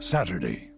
Saturday